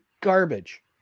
garbage